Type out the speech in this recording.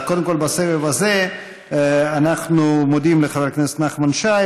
קודם כול בסבב הזה אנחנו מודים לחבר הכנסת נחמן שי,